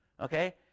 Okay